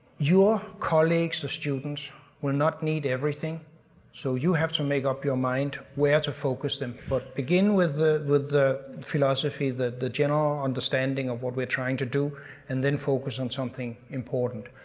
your colleagues or students will not need everything so you have to make up your mind where to focus them but begin with the with the philosophy that the general understanding of what we are trying to do and then focus on something important.